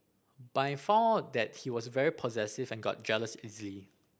but I found out that he was very possessive and got jealous easily